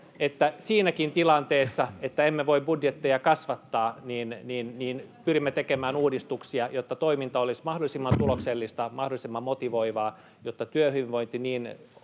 että siinäkin tilanteessa, että emme voi budjetteja kasvattaa, pyrimme tekemään uudistuksia, jotta toiminta olisi mahdollisimman tuloksellista, mahdollisimman motivoivaa, jotta työhyvinvointi niin